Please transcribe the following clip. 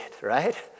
right